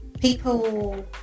people